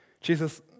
Jesus